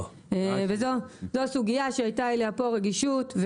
זו סוגיה שהייתה אליה פה רגישות,